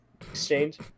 exchange